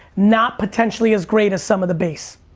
not potentially as great as some of the base.